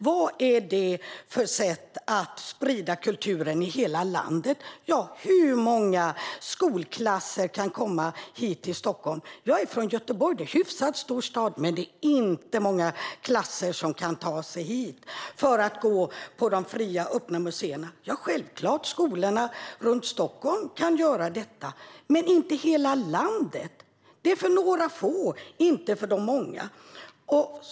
Vad är det för sätt att sprida kulturen i hela landet? Hur många skolklasser kan komma hit till Stockholm? Jag är från Göteborg. Det är en hyfsat stor stad, men det är inte många klasser som kan ta sig hit för att gå på de fria öppna museerna. Självklart kan skolorna runt Stockholm göra detta, men inte skolorna i hela landet. Det är för några få, inte för de många.